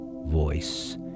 voice